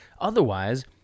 Otherwise